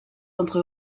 entre